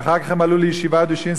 ואחר כך הם עלו לישיבת "דושינסקי",